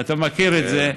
אתה מכיר את זה.